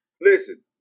Listen